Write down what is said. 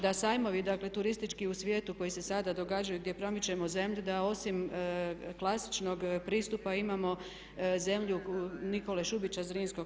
Da sajmovi, dakle turistički u svijetu koji se sada događaju gdje promičemo zemlju, da osim klasičnog pristupa imamo zemlju Nikole Šubića Zrinskog.